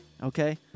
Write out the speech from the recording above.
okay